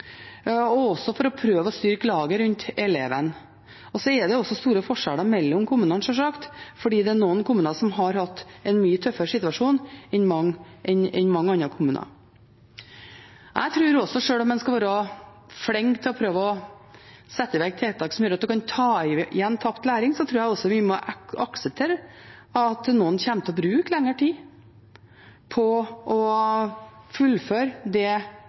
og også for å prøve å styrke laget rundt eleven. Så er det også store forskjeller mellom kommunene, sjølsagt, fordi det er noen kommuner som har hatt en mye tøffere situasjon enn mange andre kommuner. Sjøl om en skal være flink til å prøve å sette i verk tiltak som gjør at en kan ta igjen tapt læring, tror jeg også vi må akseptere at noen kommer til å bruke lengre tid på å fullføre det